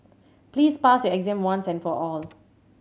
please pass your exam once and for all